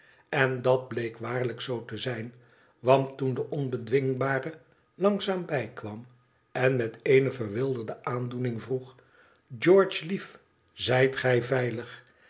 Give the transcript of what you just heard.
en dat bleek waarlijk zoo te zijn want toen de onbedwingbare langzaam bijkwam en met eene verwilderde aandoening vroeg gréorge lief zijt gij veilig